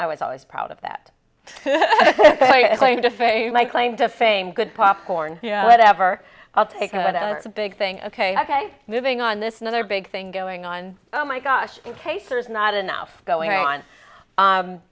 i was always proud of that my claim to fame good popcorn whatever i'll take a big thing ok ok moving on this another big thing going on oh my gosh in case there's not enough going on